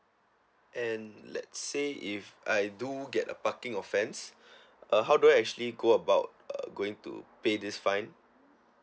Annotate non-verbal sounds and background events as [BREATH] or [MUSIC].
and let's say if I do get a parking offence [BREATH] uh how do I actually go about uh going to pay this fine